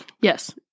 Yes